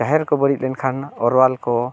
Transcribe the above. ᱡᱟᱦᱮᱨ ᱠᱚ ᱵᱟᱹᱲᱤᱡ ᱞᱮᱱᱠᱷᱟᱱ ᱚᱨᱣᱟᱞ ᱠᱚ